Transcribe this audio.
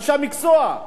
אנשי המקצוע.